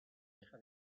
deja